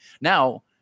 now